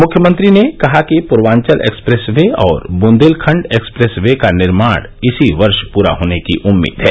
मुख्यमंत्री ने कहा कि पूर्वांचल एक्सप्रेस वे और बुंदेलखंड एक्सप्रेस वे का निर्माण इसी वर्ष पूरा होने की उम्मीद है